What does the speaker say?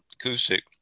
acoustic